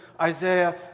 Isaiah